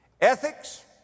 Ethics